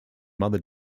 mother